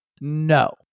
No